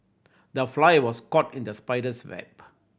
the fly was caught in the spider's web